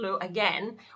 again